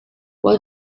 وای